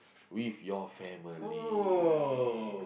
with your family